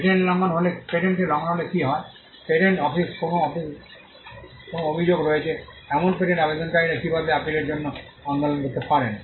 পেটেন্টের লঙ্ঘন হলে কী হয় পেটেন্ট অফিসে কোনও অভিযোগ রয়েছে এমন পেটেন্ট আবেদনকারীরা কীভাবে আপিলের জন্য আন্দোলন করতে পারেন